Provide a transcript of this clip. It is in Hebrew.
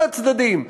כל הצדדים,